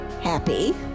happy